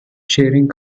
sharing